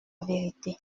vérité